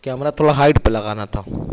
camera تھوڑا height پہ لگانا تھا